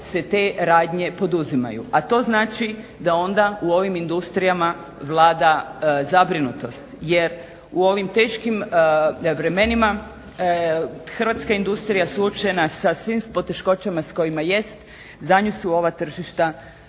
se te radnje poduzimaju, a to znači da onda u ovim industrijama vlada zabrinutost jer u ovim teškim vremenima hrvatska industrija suočena sa svim poteškoćama s kojima jest, za nju su ova tržišta